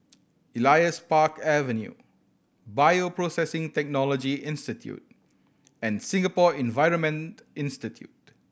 Elias Park Avenue Bioprocessing Technology Institute and Singapore Environment Institute